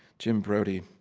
jim brodey